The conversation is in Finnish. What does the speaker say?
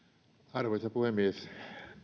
arvoisa puhemies